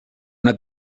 una